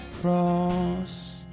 cross